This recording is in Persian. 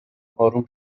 آروم